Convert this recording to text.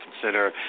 consider